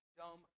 dumb